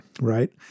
Right